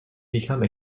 become